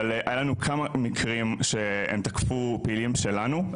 אבל היה לנו כמה מקרים שהם תקפו פעילים שלנו,